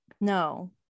no